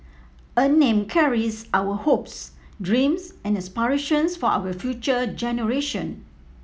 a name carries our hopes dreams and aspirations for our future generation